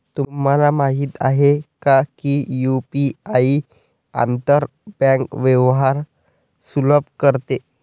तुम्हाला माहित आहे का की यु.पी.आई आंतर बँक व्यवहार सुलभ करते?